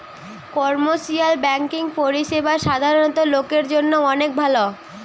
commercial banking পরিষেবা সাধারণ লোকের জন্য অনেক ভালো